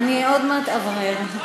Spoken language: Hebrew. אני עוד מעט אברר.